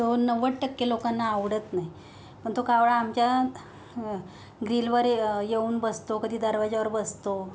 तो नव्वद टक्के लोकांना आवडत नाही पण तो कावळा आमच्या ग्रीलवर ये येऊन बसतो कधी दरवाजावर बसतो